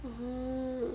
mm